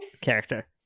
character